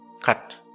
cut